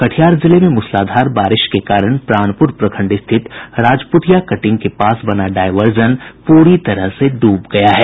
कटिहार जिले में मूसलाधार बारिश के कारण प्राणपुर प्रखंड स्थित राजपुतिया कटिंग के पास बना डायवर्जन पूरी तरह से डूब गया है